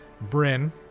Bryn